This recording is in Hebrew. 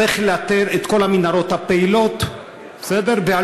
צריך לאתר את כל המנהרות הפעילות והלא-פעילות,